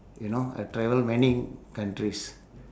you know I travel many countries